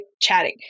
chatting